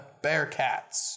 Bearcats